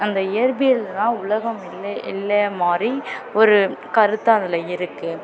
அந்த இயற்பியலில் தான் உலகம் மாதிரி ஒரு கருத்து அதில் இருக்குது